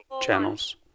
channels